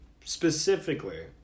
specifically